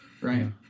right